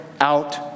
out